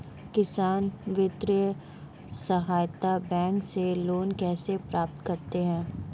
किसान वित्तीय सहायता बैंक से लोंन कैसे प्राप्त करते हैं?